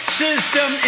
system